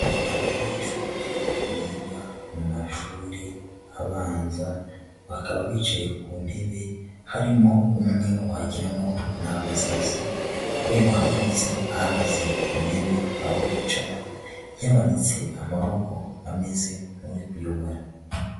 Abanyeshuri biga mu mashuri abanza, bakaba bicaye ku ntebe harimo umwe wagira ngo ni agasazi we wahagurutse ahagaze ku ntebe aho bicara, yamanitse amaboko ameze nk'uri kuyobora.